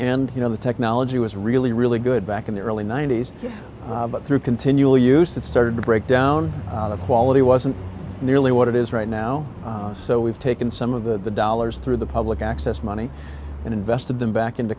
and you know the technology was really really good back in the early ninety's but through continual use it started to break down the quality wasn't nearly what it is right now so we've taken some of the dollars through the public access money and invested them back into